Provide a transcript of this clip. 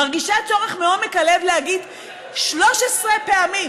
מרגישה צורך מעומק הלב להגיד 13 פעמים